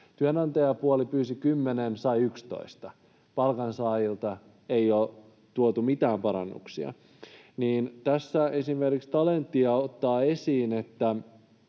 Työnantajapuoli pyysi 10:tä, saivat 11. Palkansaajille ei ole tuotu mitään parannuksia. Tästä esimerkiksi Talentia ottaa esiin,